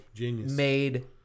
made